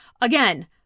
again